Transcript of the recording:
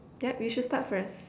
yup you should start first